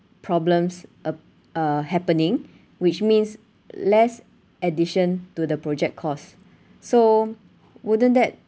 problems uh uh happening which means less addition to the project costs so wouldn't that